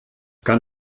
kann